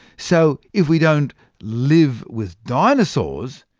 so if we don't live with dinosaurs,